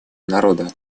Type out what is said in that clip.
народа